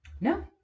No